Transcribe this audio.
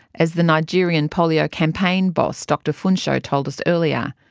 as the nigerian polio campaign boss dr funsho told us earlier.